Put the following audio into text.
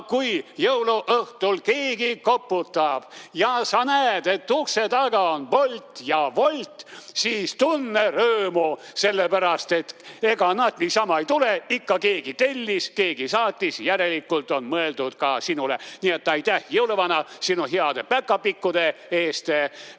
kui jõuluõhtul keegi koputab ja sa näed, et ukse taga on Bolt ja Wolt, siis tunne rõõmu, sellepärast et ega nad niisama tule, vaid ikka keegi tellis, keegi saatis, järelikult on mõeldud ka sinule. Nii et aitäh, jõuluvana, sinu heade päkapikkude eest!